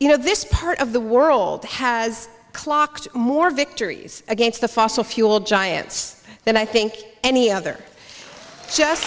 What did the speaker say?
you know this part of the world has clocked more victories against the fossil fuel giants than i think any other just